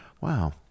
Wow